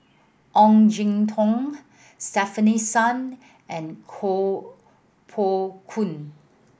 Ong Jin Teong Stefanie Sun and Koh Poh Koon